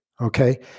okay